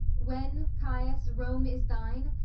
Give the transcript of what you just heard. when, caius, rome is thine,